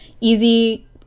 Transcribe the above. easy